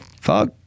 fuck